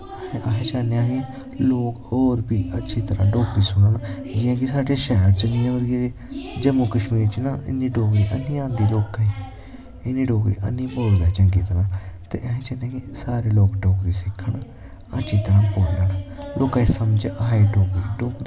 ते अस चाह्न्ने लोग होर बी अच्छी तरह डोगरी सुनन जियां साढ़े शैह्र नी मतलव के जम्मू कश्मीर न इन्नी डोगरी ऐनी आंदी लोकेंई इन्नी डोगरी ऐनी बोलदे चंगी तरां ते अस चाह्न्ने आं कि सारे लोग डोगरी सिक्खन अच्छी तरां बोल्लन लोकां गी समझ आए डोगरी